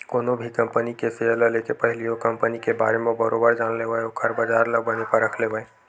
कोनो भी कंपनी के सेयर ल लेके पहिली ओ कंपनी के बारे म बरोबर जान लेवय ओखर बजार ल बने परख लेवय